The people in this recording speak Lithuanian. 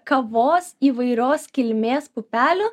kavos įvairios kilmės pupelių